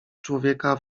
człowieka